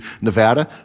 Nevada